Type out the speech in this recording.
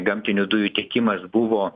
gamtinių dujų tiekimas buvo